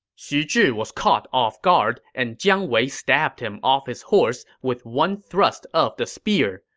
xu zhi was caught off guard, and jiang wei stabbed him off his horse with one thrust of the spear.